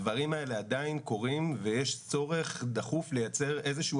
הדברים האלה עדיין קורים ויש צורך דחוף לייצר איזשהו